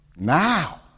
Now